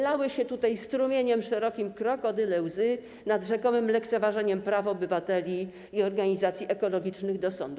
Lały się tutaj strumieniem szerokim krokodyle łzy nad rzekomym lekceważeniem praw obywateli i organizacji ekologicznych do sądu.